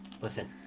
listen